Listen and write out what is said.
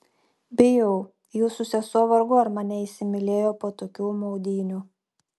bijau jūsų sesuo vargu ar mane įsimylėjo po tokių maudynių